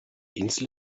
insel